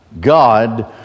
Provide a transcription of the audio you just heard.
God